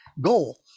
goal